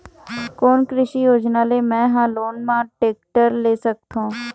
कोन कृषि योजना ले मैं हा लोन मा टेक्टर ले सकथों?